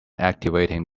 activating